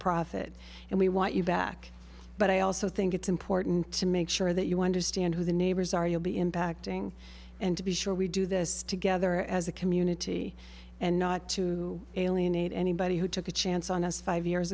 profit and we want you back but i also think it's important to make sure that you understand who the neighbors are you'll be impacting and to be sure we do this together as a community and not to alienate anybody who took a chance on us five years